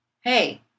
hey